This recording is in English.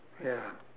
ya